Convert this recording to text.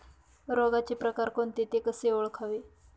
रोगाचे प्रकार कोणते? ते कसे ओळखावे?